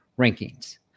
rankings